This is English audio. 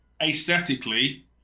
Aesthetically